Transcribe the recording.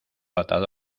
atado